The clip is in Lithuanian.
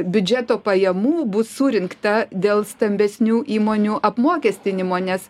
biudžeto pajamų bus surinkta dėl stambesnių įmonių apmokestinimo nes